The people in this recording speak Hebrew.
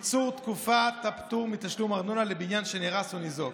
(קיצור תקופת הפטור מתשלום ארנונה לבניין שנהרס או ניזוק).